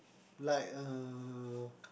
like uh